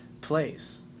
place